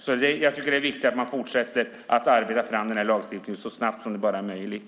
Jag tycker att det är viktigt att man fortsätter att arbeta fram den här lagstiftningen så snabbt som det bara är möjligt.